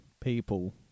people